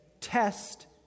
test